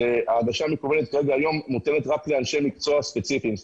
ההגשה המקוונת היום מותרת רק לאנשי מקצוע ספציפיים.